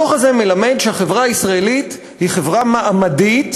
הדוח הזה מלמד שהחברה הישראלית היא חברה מעמדית,